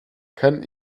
kann